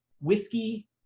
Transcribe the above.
whiskey